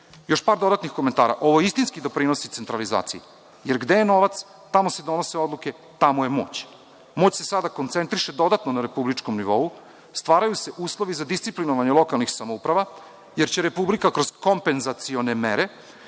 jel? Još par dodatnih komentara, ovo istinski doprinosi centralizaciji, jer gde je novac tamo se donose odluke, tamo je moć. Moć se sada koncentriše dodatno na republičkom nivou, stvaraju se uslovi za disciplinovanje lokalnih samouprava, jer će Republika kroz kompenzacione mere